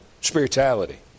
spirituality